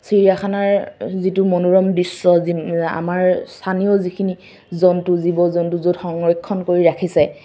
চিৰিয়াখানাৰ যিটো মনোৰম দৃশ্য যি আমাৰ স্থানীয় যিখিনি জন্তু জীৱ জন্তু য'ত সংৰক্ষণ কৰি ৰাখিছে